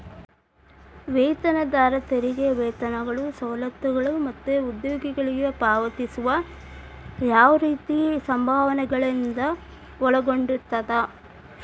ವೇತನದಾರ ತೆರಿಗೆ ವೇತನಗಳು ಸವಲತ್ತುಗಳು ಮತ್ತ ಉದ್ಯೋಗಿಗಳಿಗೆ ಪಾವತಿಸುವ ಯಾವ್ದ್ ರೇತಿ ಸಂಭಾವನೆಗಳನ್ನ ಒಳಗೊಂಡಿರ್ತದ